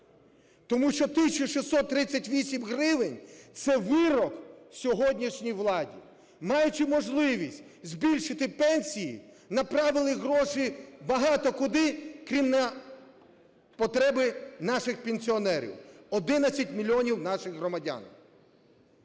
Тому що 1 тисяча 638 гривень – це вирок сьогоднішній владі. Маючи можливість збільшити пенсії, направили гроші багато куди, крім на потреби наших пенсіонерів, 11 мільйонів наших громадян.